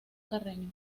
carreño